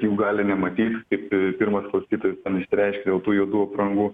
jų gali nematyt kaip pirmas klausytojas ten išsireiškė dėl tų juodų aprangų